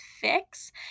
fix